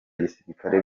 gisirikare